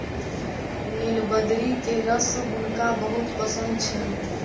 नीलबदरी के रस हुनका बहुत पसंद छैन